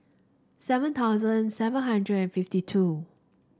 seven thousand seven hundred and fifty two